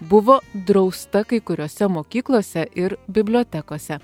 buvo drausta kai kuriose mokyklose ir bibliotekose